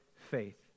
faith